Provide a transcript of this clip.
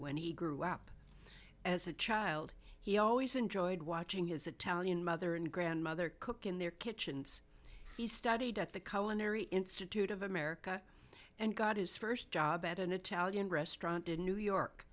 when he grew up as a child he always enjoyed watching his italian mother and grandmother cook in their kitchens he studied at the cullen ery institute of america and got his first job at an italian restaurant in new york